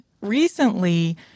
recently